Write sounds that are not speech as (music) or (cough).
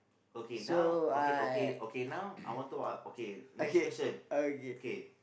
okay now okay okay okay now I want to a~ okay next question (noise) okay